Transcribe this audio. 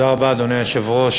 אדוני היושב-ראש,